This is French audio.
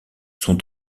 sont